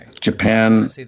Japan